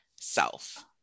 self